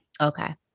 Okay